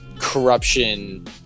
corruption